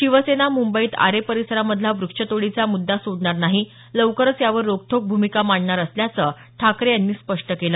शिवसेना मुंबईत आरे परिसरातधला व्रक्षतोडीचा मुद्दा सोडणार नाही लवकरच यावर रोखठोक भूमिका मांडणार असल्याचं ठाकरे यांनी स्पष्ट केलं